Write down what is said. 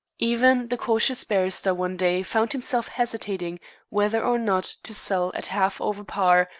even the cautious barrister one day found himself hesitating whether or not to sell at half over par,